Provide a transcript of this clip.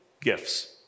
gifts